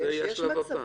יש מצבים.